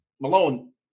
Malone